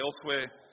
elsewhere